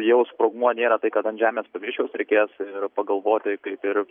jau sprogmuo nėra tai kad ant žemės paviršiaus reikės ir pagalvoti kaip ir